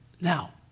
Now